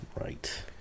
Right